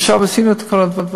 עכשיו, עשינו את כל הדברים.